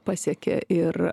pasekė ir